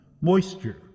moisture